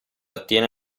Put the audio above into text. attiene